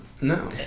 No